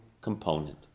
component